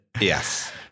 Yes